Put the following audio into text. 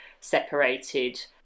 separated